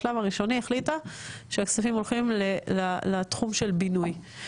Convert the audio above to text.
בשלב הראשוני החליטה שהכספים הולכים לתחום של בינוי,